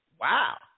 Wow